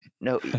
no